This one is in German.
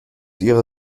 ihrer